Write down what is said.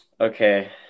Okay